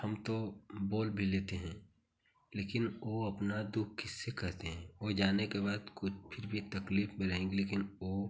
हम तो बोल भी लेते हैं लेकिन वह अपना दुख किससे कहते हैं हो जाने के बाद फिर भी तकलीफ में रहेगी लेकिन वह